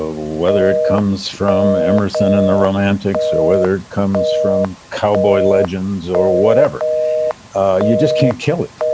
ah whether it comes from emerson and the romantics or whether it comes from cowboy legends or whatever ah you just can't kill it.